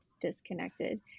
disconnected